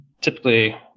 Typically